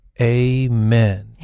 amen